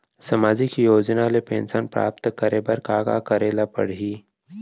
सामाजिक योजना ले पेंशन प्राप्त करे बर का का करे ल पड़ही?